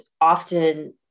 often